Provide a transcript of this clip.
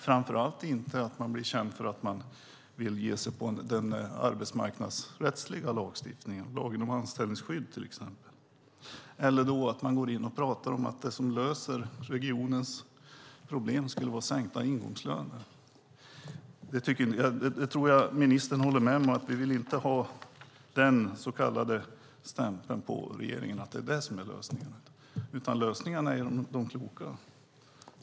Framför allt ska man inte bli känd för att man vill ge sig på den arbetsmarknadsrättsliga lagstiftningen - lagen om anställningsskydd, till exempel - eller att man går in och pratar om det som löser regionens problem skulle vara sänkta ingångslöner. Det tror jag att ministern håller med om. Vi vill inte ha den så kallade stämpeln på regeringen att det är det som är lösningen. Lösningarna är i stället de kloka.